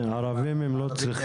כן, ערבים הם לא צריכים.